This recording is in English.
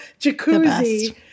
jacuzzi